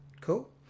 cool